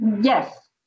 Yes